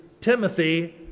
Timothy